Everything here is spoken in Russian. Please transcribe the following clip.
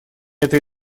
этой